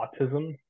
autism